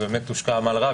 הושקע עמל רב.